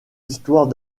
histoire